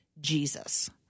Jesus